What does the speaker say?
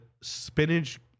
spinach